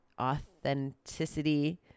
authenticity